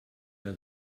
der